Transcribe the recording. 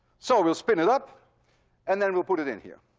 so we'll spin it up and then we'll put it in here.